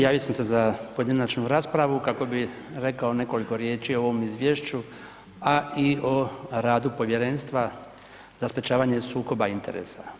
Javio sam se za pojedinačnu raspravu kako bi rekao nekoliko riječi o ovom Izvješću a i o radu Povjerenstva za sprječavanje sukoba interesa.